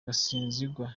gasinzigwa